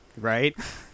Right